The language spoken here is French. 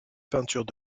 peintures